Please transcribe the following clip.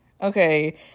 Okay